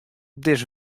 dizze